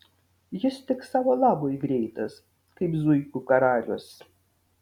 jis tik savo labui greitas kaip zuikių karalius